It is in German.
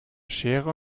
schere